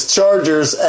Chargers